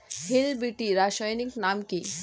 Hill বিটি রাসায়নিক নাম কি?